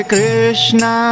Krishna